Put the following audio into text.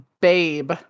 babe